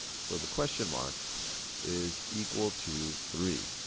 so the question mark is equal to three.